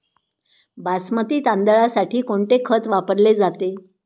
बासमती तांदळासाठी कोणते खत वापरले जाते?